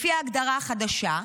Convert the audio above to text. לפי ההגדרה החדשה,